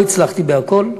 לא הצלחתי בכול,